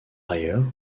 ailleurs